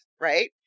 right